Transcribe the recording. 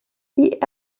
die